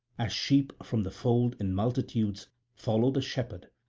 as sheep from the fold in multitudes follow the shepherd.